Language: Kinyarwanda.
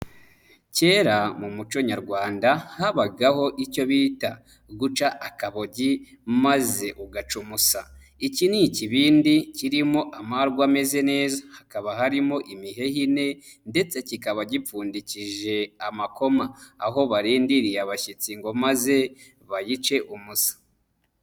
Kera mu muco nyarwanda habagaho icyo bita guca akabogi maze ugaca umusa, iki ni ikibindi kirimo amarwa ameze neza, hakaba harimo imiheha ine ndetse kikaba gipfundikije amakoma, aho barindiriye abashyitsi ngo maze bayice umuco.